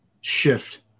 shift